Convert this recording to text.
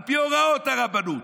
על פי הוראות הרבנות.